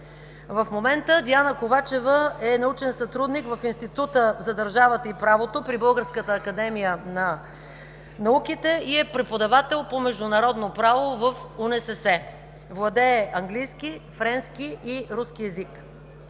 В момента Диана Ковачева е научен сътрудник в Института за държавата и правото при Българската академия на науките и е преподавател по „Международно право” в УНСС. Владее английски, френски и руски език.